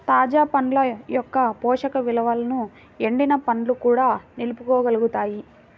తాజా పండ్ల యొక్క పోషక విలువలను ఎండిన పండ్లు కూడా నిలుపుకోగలుగుతాయి